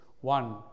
one